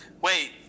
Wait